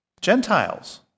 Gentiles